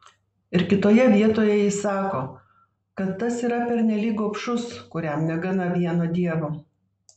ir kitoje vietoje jis sako kad tas yra pernelyg gobšus kuriam negana vieno dievo